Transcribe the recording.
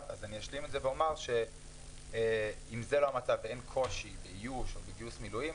אז אשלים ואומר שאם זה לא המצב ואין קושי באיוש או בגיוס מילואים,